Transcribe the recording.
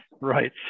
Right